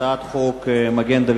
הצעת חוק מגן-דוד-אדום